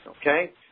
Okay